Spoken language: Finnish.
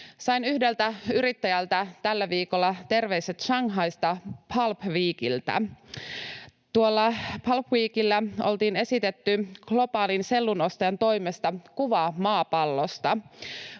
Sain yhdeltä yrittäjältä tällä viikolla terveiset Shanghaista Pulp Weekiltä. Tuolla Pulp Weekillä oltiin esitetty globaalin sellun ostajan toimesta kuvaa maapallosta.